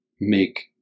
make